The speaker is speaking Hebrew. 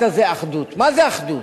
זה ביניהם.